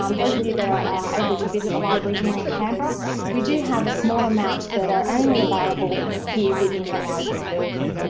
um those of you that are able to visit a library here in canberra we do have a small amount that are only available here within the library building.